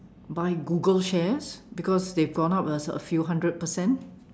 buy Google shares because they've gone up a a few hundred percent